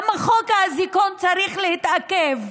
למה חוק האזיקון צריך להתעכב?